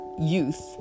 youth